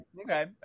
Okay